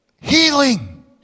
Healing